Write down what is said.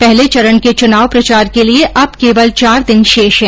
पहले चरण के चुनाव प्रचार के लिए अब केवल चार दिन शेष हैं